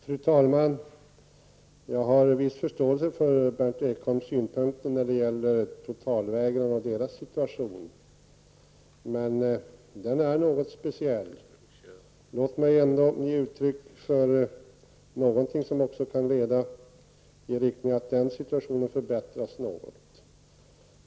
Fru talman! Jag har viss förståelse för Berndt Ekholms syn på totalvägrare och deras situation. Den är något speciell. Låt mig ge uttryck för någonting som kan leda till att även den situationen förbättras något.